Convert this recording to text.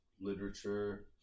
literature